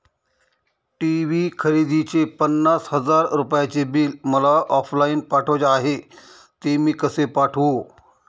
TV खरेदीचे पन्नास हजार रुपयांचे बिल मला ऑफलाईन पाठवायचे आहे, ते मी कसे पाठवू?